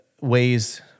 ways